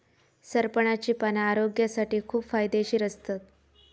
सरपणाची पाना आरोग्यासाठी खूप फायदेशीर असतत